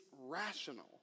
rational